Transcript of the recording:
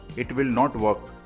it will not work.